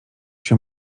się